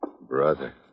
Brother